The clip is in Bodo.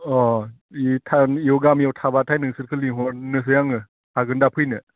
अह बियो था बियो गामियाव थाबाथाय नोंसोरखौ लेंहरनोसै आङो हागोन दा फैनो